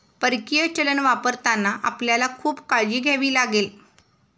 परकीय चलन वापरताना आपल्याला खूप काळजी घ्यावी लागेल